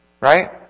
Right